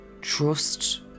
trust